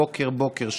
בוקר-בוקר,